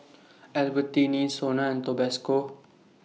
Albertini Sona and Tabasco